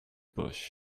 bush